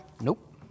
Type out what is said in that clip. Nope